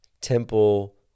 temple